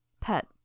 Pet